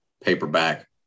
paperback